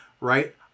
right